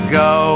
go